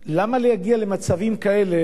למה להגיע למצבים כאלה,